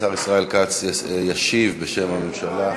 השר ישראל כץ ישיב בשם הממשלה.